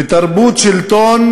ותרבות שלטון